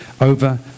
over